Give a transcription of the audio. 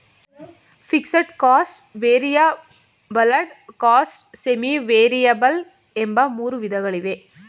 fixed cost, variable cost, semi variable ಎಂಬ ಮೂರು ವಿಧಗಳಿವೆ